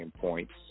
points